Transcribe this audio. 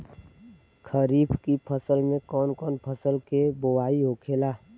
खरीफ की फसल में कौन कौन फसल के बोवाई होखेला?